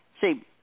see